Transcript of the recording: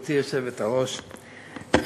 גברתי היושבת-ראש,